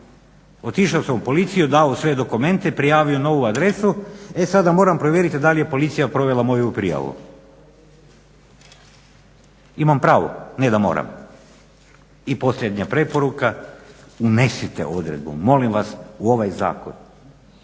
Otišao sam u policiju dao sve dokumente, prijavio novu adresu e sada moram provjeriti da li je policija provela moju prijavu. Imam pravo ne da moram. I posljednja preporuka, unesite odredbu molim vas u ovaj zakon